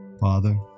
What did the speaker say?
Father